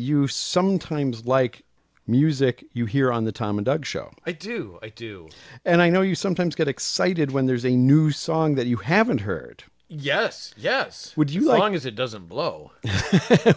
you sometimes like music you hear on the tom doug show i do i do and i know you sometimes get excited when there's a new song that you haven't heard yes yes would you like long as it doesn't blow